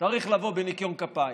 צריך לבוא בניקיון כפיים.